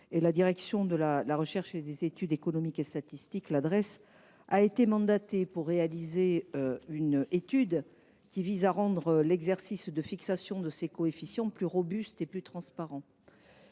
La direction de la recherche, des études, de l’évaluation et des statistiques (Drees) a été mandatée pour réaliser une étude destinée à rendre l’exercice de fixation de ces coefficients plus robuste et plus transparent.